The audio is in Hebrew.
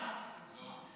נא לסכם.